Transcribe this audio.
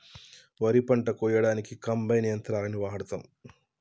వరి పంట కోయడానికి కంబైన్ యంత్రాలని వాడతాం